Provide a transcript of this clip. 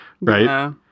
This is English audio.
right